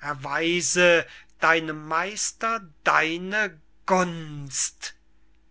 erweise deinem meister deine gunst